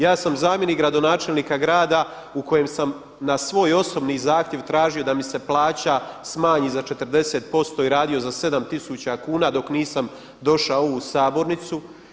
Ja sam zamjenik gradonačelnika grada u kojem sam na svoj osobni zahtjev tražio da mi se plaća smanji za 40% i radio za 7 tisuća kuna dok nisam došao u ovu sabornicu.